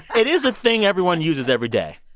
it is a thing everyone uses every day